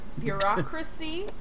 bureaucracy